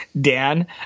Dan